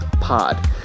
pod